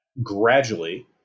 gradually